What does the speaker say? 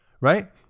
right